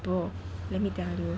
bro let me tell you